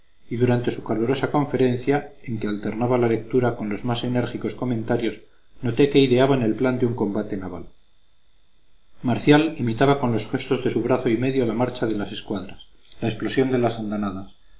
y durante su calurosa conferencia en que alternaba la lectura con los más enérgicos comentarios noté que ideaban el plan de un combate naval marcial imitaba con los gestos de su brazo y medio la marcha de las escuadras la explosión de las